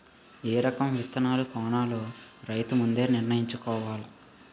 ఏ రకం విత్తనాలు కొనాలో రైతు ముందే నిర్ణయించుకోవాల